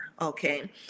okay